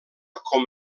com